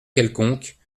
quelconque